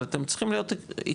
אבל אתם צריכים להיות עקביים.